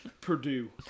Purdue